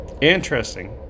interesting